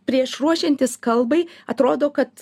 prieš ruošiantis kalbai atrodo kad